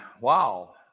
Wow